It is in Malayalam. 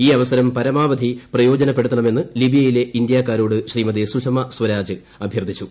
ഈ അവസരം പരമാവധി പ്രയോജനപ്പെടുത്തണമെന്ന് ലിബിയയിലെ ഇന്ത്യക്കാരോട് ശ്രീമതി സുഷമ സ്വരാജ് അഭ്യർത്ഥിച്ചു